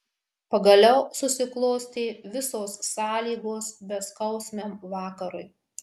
pagaliau susiklostė visos sąlygos beskausmiam vakarui